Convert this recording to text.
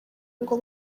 ngo